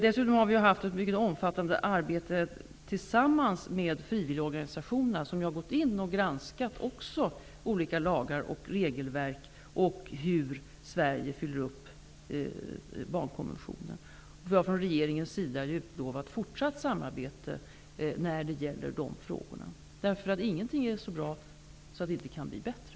Dessutom har vi haft ett mycket omfattande samarbete med frivilligorganisationerna, som också har granskat olika lagar och regelverk och hur Sverige uppfyller barnkonventionen. Regeringen har utlovat fortsatt samarbete när det gäller de frågorna. Ingenting är så bra att det inte kan bli bättre.